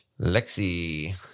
Lexi